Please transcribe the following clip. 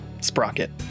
Sprocket